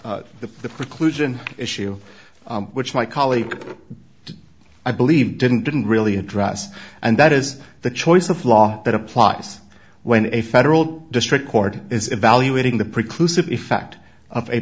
to the preclusion issue which my colleague i believe didn't didn't really address and that is the choice of law that applies when a federal district court is evaluating the preclude effect of a